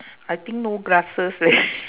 I think no glasses leh